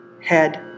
Head